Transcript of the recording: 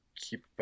keep